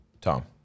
Tom